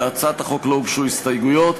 להצעת החוק לא הוגשו הסתייגויות.